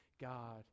God